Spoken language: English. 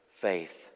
faith